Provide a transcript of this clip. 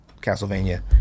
Castlevania